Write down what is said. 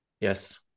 Yes